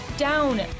down